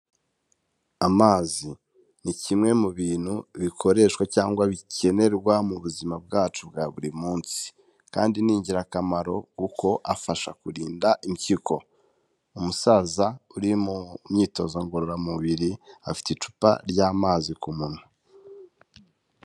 Amazi ni kimwe mu bintu bikoreshwa cyangwa bikenerwa mu buzima bwacu bwa buri munsi kandi ni ingirakamaro kuko afasha kurinda impyiko. Umusaza uri mu myitozo ngororamubiri afite icupa ry'amazi ku munwa.